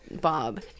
Bob